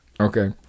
okay